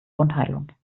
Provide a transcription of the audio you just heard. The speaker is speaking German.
wundheilung